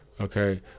okay